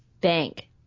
bank